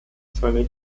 seine